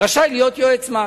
רשאי להיות יועץ מס.